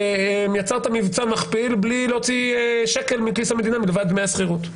יצרת מבצע מכפיל בלי להוציא שקל מכיס המדינה מלבד דמי השכירות.